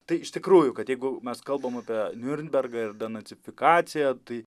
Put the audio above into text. tai iš tikrųjų kad jeigu mes kalbam apie niurnbergą ir denacifikaciją tai